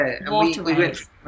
waterways